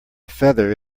feather